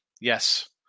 Yes